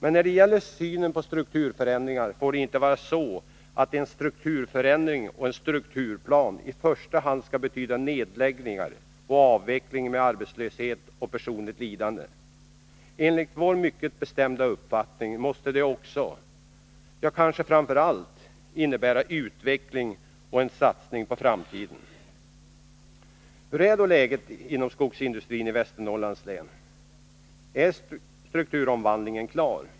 Men när det gäller synen på strukturförändringar får det inte vara så, att en strukturförändring och en strukturplan i första hand skall betyda nedläggningar och avveckling med arbetslöshet och personligt lidande som följd. Enligt vår mycket bestämda uppfattning måste det också — ja, kanske framför allt — innebära utveckling och en satsning på framtiden. Hur är då läget inom skogsindustrin i Västernorrlands län? Är strukturomvandlingen klar?